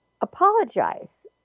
apologize